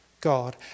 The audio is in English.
God